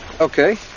Okay